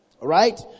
right